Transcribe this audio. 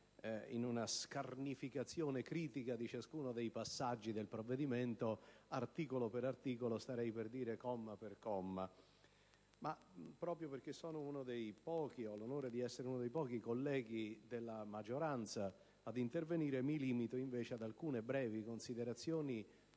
in una scarnificazione critica di ciascuno dei passaggi del provvedimento, articolo per articolo, direi quasi comma per comma. Ma, proprio perché ho l'onore di essere uno dei pochi colleghi della maggioranza ad intervenire, mi limito ad alcune brevi riflessioni,